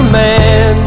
man